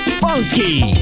funky